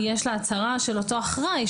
יש לה הצהרה של אותו אחראי.